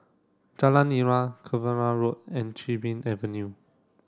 Jalan Nira Cavenagh Road and Chin Bee Avenue